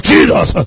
Jesus